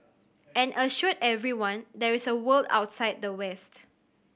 and assured everyone there is a world outside the west